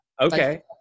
Okay